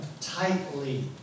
tightly